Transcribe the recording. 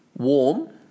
Warm